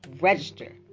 Register